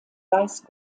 weiß